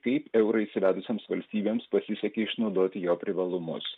kaip eurą įsivedusioms valstybėms pasisekė išnaudoti jo privalumus